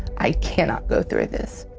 i cannot go through this.